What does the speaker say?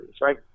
right